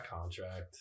contract